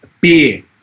Beer